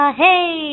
hey